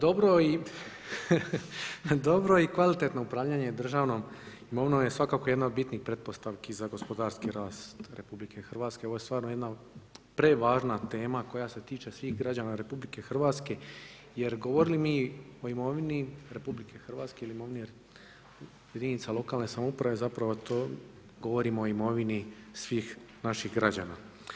Dobro i kvalitetno upravljanje državnom imovinom je svakako jedna od bitnih pretpostavki za gospodarski rast RH, ovo je stvarno jedna prevažna tema koja tiče svih građana RH jer govorili mi o imovini RH i imovini jedinica lokalne samouprave, zapravo to govorimo o imovini svih naših građana.